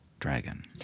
dragon